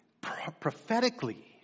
prophetically